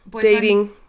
dating